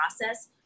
process